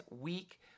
week